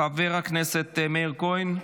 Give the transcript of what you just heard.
חבר הכנסת מאיר כהן,